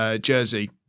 jersey